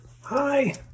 Hi